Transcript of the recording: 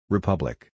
Republic